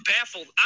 baffled